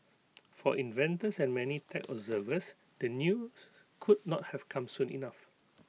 for investors and many tech observers the news could not have come soon enough